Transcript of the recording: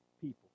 people